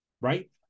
Right